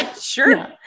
sure